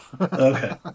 Okay